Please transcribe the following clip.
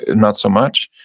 not so much.